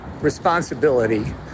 responsibility